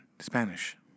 Spanish